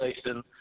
station